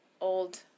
old